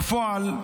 בפועל,